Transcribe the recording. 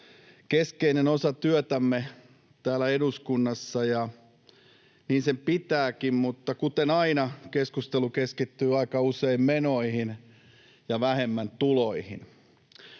keskeinen osa työtämme täällä eduskunnassa, ja niin sen pitääkin olla, mutta kuten aina, keskustelu keskittyy aika usein menoihin ja vähemmän tuloihin.